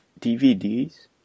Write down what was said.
DVDs